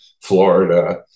Florida